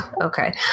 Okay